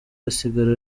asigara